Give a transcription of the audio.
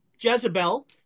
jezebel